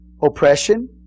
Oppression